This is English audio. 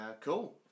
Cool